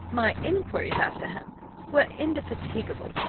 my inquiries after him were indefatigable,